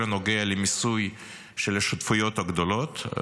הנוגע למיסוי של השותפויות הגדולות,